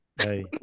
Hey